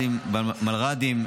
במלר"דים,